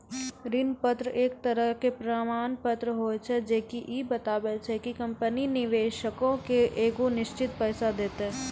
ऋण पत्र एक तरहो के प्रमाण पत्र होय छै जे की इ बताबै छै कि कंपनी निवेशको के एगो निश्चित पैसा देतै